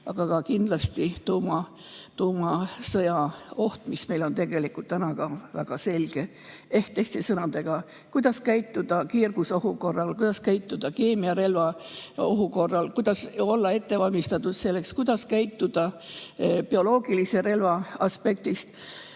aga kindlasti ka tuumasõjaoht, mis meil on tegelikult täna väga selge. Ehk teiste sõnadega: kuidas käituda kiirgusohu korral, kuidas käituda keemiarelvaohu korral, kuidas olla selleks ette valmistatud, kuidas käituda bioloogilise relva [kasutamise